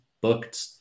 booked